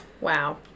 Wow